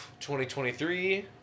2023